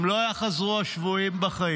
אם לא יחזרו השבויים בחיים,